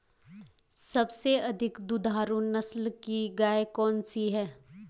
सबसे अधिक दुधारू नस्ल की गाय कौन सी है?